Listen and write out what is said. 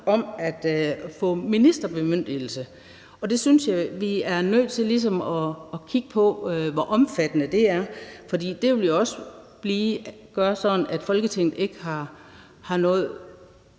om at få ministerbemyndigelse. Der synes jeg, vi er nødt til ligesom at kigge på, hvor omfattende det er, for det vil jo også gøre, at Folketinget ikke har rigtig